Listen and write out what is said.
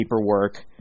paperwork